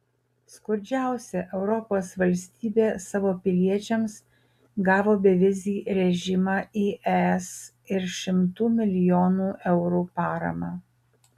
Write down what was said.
skurdžiausia europos valstybė savo piliečiams gavo bevizį režimą į es ir šimtų milijonų eurų paramą